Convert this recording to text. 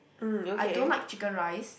I don't like chicken-rice